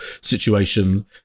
situation